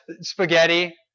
spaghetti